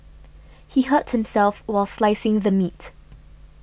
he hurt himself while slicing the meat